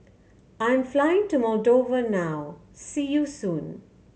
I'm flying to Moldova now see you soon